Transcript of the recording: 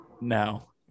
No